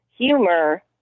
humor